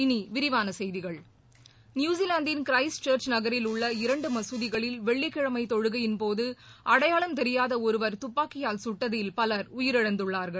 இனிவிரிவானசெய்திகள் நியூஸிலாந்தின் Christchurch நகரில் உள்ள இரண்டுமகுதிகளில் வெள்ளிக்கிழமைதொழுகையின்போதுஅடையாளம் தெரியாதஒருவர் தப்பாக்கியால் சுட்டதில் பலர் உயிரிழந்துள்ளார்கள்